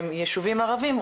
ביישובים ערבים,